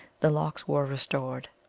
the locks were restored.